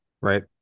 right